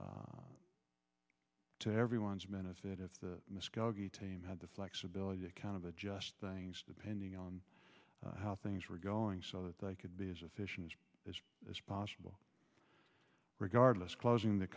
to everyone's benefit if the muskogee team had the flexibility to kind of adjust things depending on how things were going so that they could be as efficient as possible regardless closing the